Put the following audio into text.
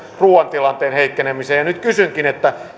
ruuan tilanteen heikkenemiseen nyt kysynkin